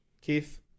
Keith